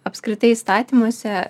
apskritai įstatymuose